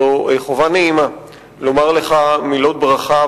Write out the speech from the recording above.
זאת חובה נעימה לומר לך מילות ברכה,